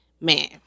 man